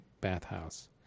bathhouse